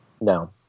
no